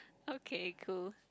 okay cool